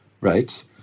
right